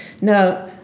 Now